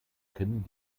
können